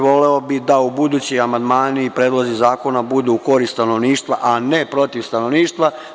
Voleo bih da ubuduće i amandmani i predlozi zakona budu u korist stanovništva, a ne protiv stanovništva.